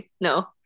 no